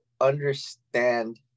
understand